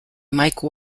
mike